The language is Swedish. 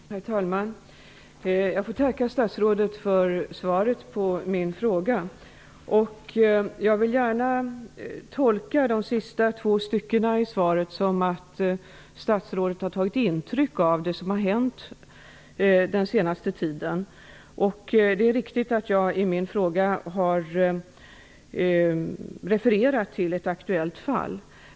Herr talman! Jag får tacka statsrådet för svaret på min fråga. Jag vill gärna tolka det sista statsrådet sade i svaret som att statsrådet har tagit intryck av det som har hänt den senaste tiden. Det är riktigt att jag i min fråga har refererat till ett aktuellt fall.